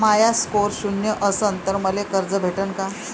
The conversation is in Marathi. माया स्कोर शून्य असन तर मले कर्ज भेटन का?